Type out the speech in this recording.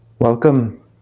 Welcome